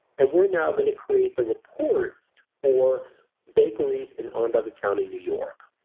and we're now going to create the report for bakeries in onondaga county, new york.